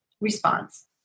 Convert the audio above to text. response